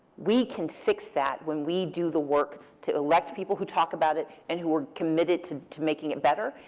we can fix that when we do the work to elect people who talk about it and who are committed to to making it better.